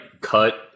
cut